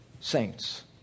saints